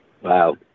Wow